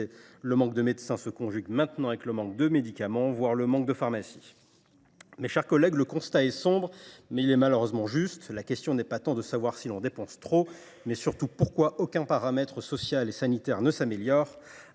le manque de médecins se conjugue maintenant avec le manque de médicaments, voire avec le manque de pharmacies. Mes chers collègues, le constat est sombre, mais il est malheureusement juste. La question n’est pas tant de savoir si nous dépensons trop, mais surtout pourquoi aucun paramètre social et sanitaire ne s’améliore.